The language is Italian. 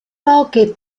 poche